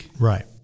Right